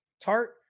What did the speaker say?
Tart